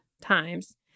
times